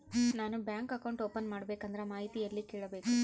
ನಾನು bank account open ಮಾಡಬೇಕಂದ್ರ ಮಾಹಿತಿ ಎಲ್ಲಿ ಕೇಳಬೇಕು?